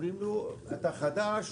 אומרים לו: אתה חדש,